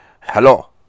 Hello